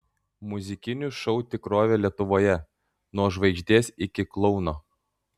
muzikinių šou tikrovė lietuvoje nuo žvaigždės iki klouno